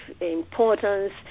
importance